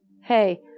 Hey